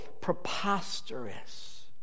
preposterous